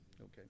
Okay